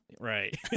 Right